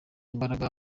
imbaraga